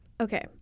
okay